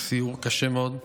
סיור קשה מאוד.